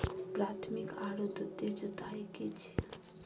प्राथमिक आरो द्वितीयक जुताई की छिये?